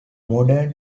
modern